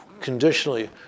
conditionally